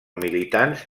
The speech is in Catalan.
militants